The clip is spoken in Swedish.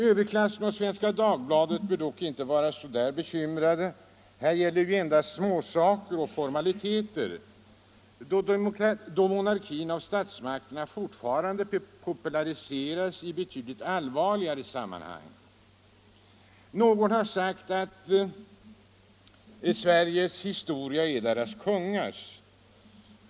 Överklassen och Svenska Dagbladet bör dock inte vara så bekymrade. Här gäller det ju endast småsaker och formaliteter, då monarkin av statsmakterna fortfarande populariseras i betydligt allvarligare sammanhang. Någon har sagt att Sveriges historia är dess konungars.